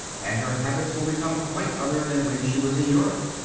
and her habits will become quite other than when she was in europe.